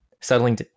settling